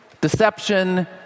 deception